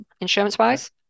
insurance-wise